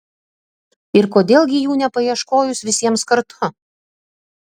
ir kodėl gi jų nepaieškojus visiems kartu